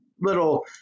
little